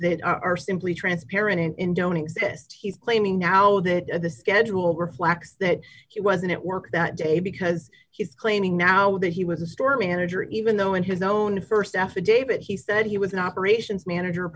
that are simply transparent and don't exist he's claiming now that the schedule reflects that he wasn't at work that day because he's claiming now that he was a store manager even though in his own st affidavit he said he was an operations manager